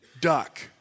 duck